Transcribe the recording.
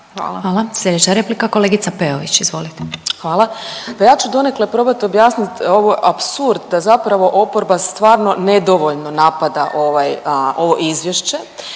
Hvala. Sljedeća replika kolegica Peović, izvolite. **Peović, Katarina (RF)** Hvala. Pa ja ću donekle probat objasnit ovaj apsurd da zapravo oporba stvarno nedovoljno napada ovo izvješće.